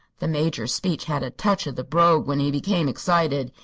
the major's speech had a touch of the brogue when he became excited,